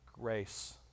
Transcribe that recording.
grace